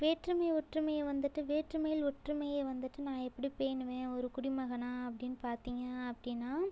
வேற்றுமை ஒற்றுமையை வந்துவிட்டு வேற்றுமையில் ஒற்றுமையை வந்துவிட்டு நான் எப்படி பேணுவேன் ஒரு குடிமகனாக அப்படின்னு பார்த்தீங்க அப்படின்னா